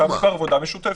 שם כבר העבודה משותפת.